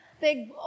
big